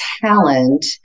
talent